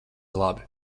labi